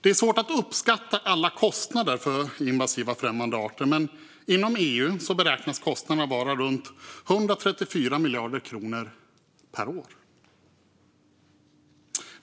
Det är svårt att uppskatta alla kostnader för invasiva främmande arter. Men inom EU beräknas kostnaderna vara runt 134 miljarder kronor per år.